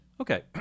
Okay